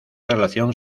relación